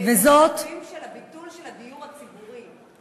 --- של הביטול של הדיור הציבורי.